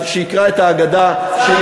אז שיקרא את ההגדה,